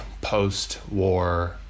post-war